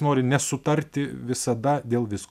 nori nesutarti visada dėl visko